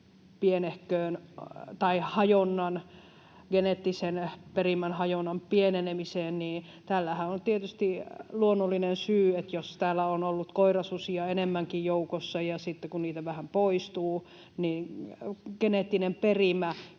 pohjattu tähän geneettisen perimän hajonnan pienenemiseen, niin tällähän on tietysti luonnollinen syy: jos täällä on ollut koirasusia enemmänkin joukossa, niin sitten kun niitä vähän poistuu, niin geneettinen perimä,